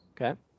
okay